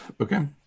Okay